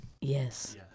Yes